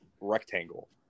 rectangle